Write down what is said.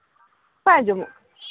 ᱵᱟ ᱟᱸᱡᱚᱢᱚᱜ ᱠᱟᱱᱟ